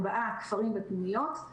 מתי פניתם למשרד הבריאות עם הדרישה